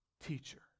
teacher